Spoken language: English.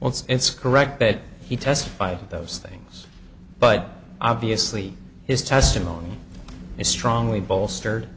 well it's correct that he testified to those things but obviously his testimony is strongly bolstered